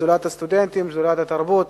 שדולת הסטודנטים ושדולת התרבות.